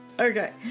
Okay